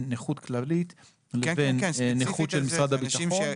נכות כללית לבין נכות של משרד הביטחון.